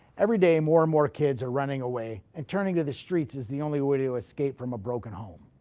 every day more and more kids are running away and turning to the streets is the only way to escape from a broken home.